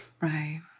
Right